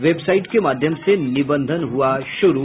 website के माध्यम से निबंधन हुआ शुरू